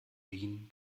wien